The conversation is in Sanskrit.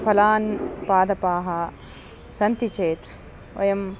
फलानां पादपाः सन्ति चेत् वयम्